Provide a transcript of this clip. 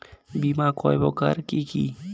বীমা কয় প্রকার কি কি?